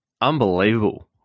unbelievable